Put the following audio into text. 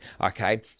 Okay